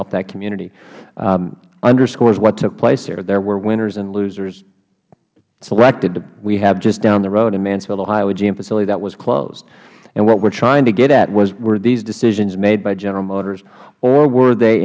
helped that community underscores what took place here there were winners and losers selected we have just down the road in mansfield ohio a gm facility that was closed and what we are trying to get at was were these decisions made by general motors or were they